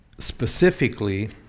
Specifically